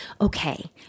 okay